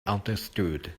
understood